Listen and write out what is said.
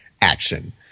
action